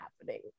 happening